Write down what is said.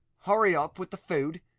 hurry up with the food,